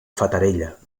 fatarella